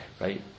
Right